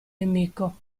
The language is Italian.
nemico